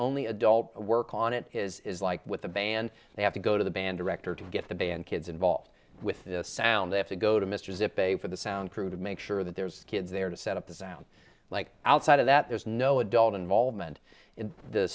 only adult work on it is like with the band they have to go to the band director to get the band kids involved with the sound they have to go to mr to pay for the sound crew to make sure that there's kids there to set up a sound like outside of that there's no adult involvement in the